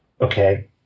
Okay